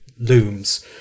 looms